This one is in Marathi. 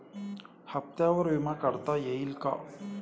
हप्त्यांवर विमा काढता येईल का?